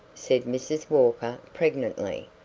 said mrs. walker pregnantly,